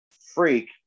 freak